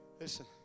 Listen